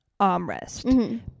armrest